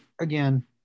again